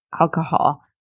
alcohol